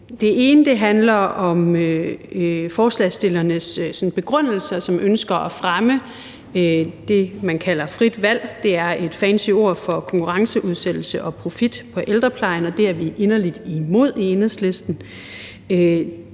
Den ene handler om forslagsstillernes begrundelse, som er et ønske om at fremme det, som man kalder frit valg – det er et fancy ord for konkurrenceudsættelse og profit på ældreplejen, og det er vi inderligt imod i Enhedslisten.